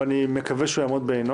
ואני מקווה שהוא יעמוד בעינו,